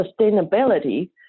sustainability